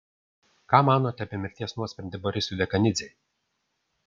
ką manote apie mirties nuosprendį borisui dekanidzei